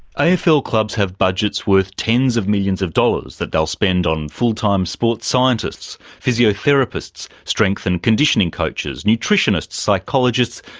ah yeah clubs have budgets worth tens of millions of dollars that they'll spend on full-time sports scientists, physiotherapists, strength and conditioning coaches, nutritionists, psychologists,